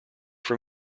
from